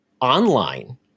online